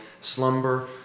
slumber